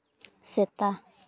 ᱥᱮᱛᱟ